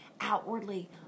Outwardly